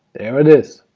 there it is.